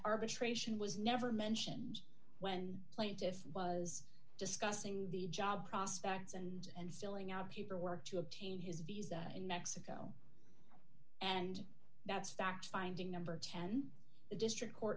arbitration was never mentions when plaintiffs was discussing the job prospects and filling out paperwork to obtain his visa in mexico and that's a fact finding number ten the district court